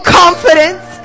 confidence